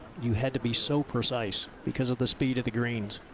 you had to be so precise because of the speed of the greens.